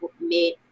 made